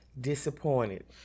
disappointed